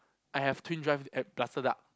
I have twin drive and plus the